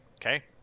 Okay